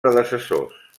predecessors